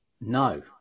No